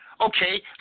Okay